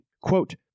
quote